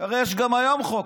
הרי יש גם היום חוק.